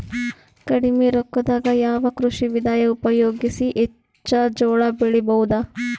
ಕಡಿಮಿ ರೊಕ್ಕದಾಗ ಯಾವ ಕೃಷಿ ವಿಧಾನ ಉಪಯೋಗಿಸಿ ಹೆಚ್ಚ ಜೋಳ ಬೆಳಿ ಬಹುದ?